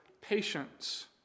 patience